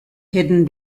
hidden